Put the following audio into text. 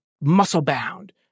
muscle-bound